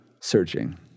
searching